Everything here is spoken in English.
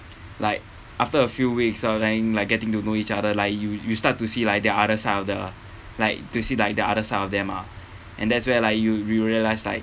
like after a few weeks of trying like getting to know each other like you you start to see like the other side of the like to see like the other side of them ah and that's where like you you realise like